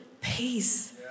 peace